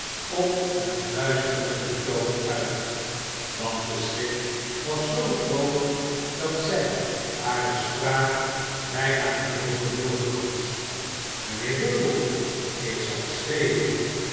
op een f luisterenden toon uit want de schrik was zoo groot dat zij hare spraak bijna geheel verloren had mijnheer bumble ik zal schreeuwen